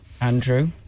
Andrew